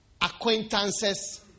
acquaintances